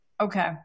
Okay